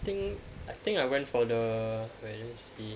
think I think I went for the wait let me see